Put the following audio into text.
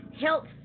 health